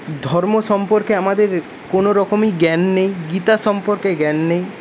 ধর্ম সম্পর্কে আমাদের কোন রকমই জ্ঞান নেই গীতা সম্পর্কে জ্ঞান নেই